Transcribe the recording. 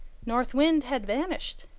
north wind had vanished.